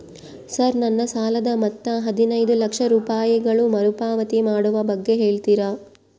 Sir ನನ್ನ ಸಾಲದ ಮೊತ್ತ ಹದಿನೈದು ಲಕ್ಷ ರೂಪಾಯಿಗಳು ಮರುಪಾವತಿ ಮಾಡುವ ಬಗ್ಗೆ ಹೇಳ್ತೇರಾ?